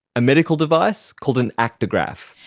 a medical device called an actigraph.